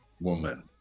woman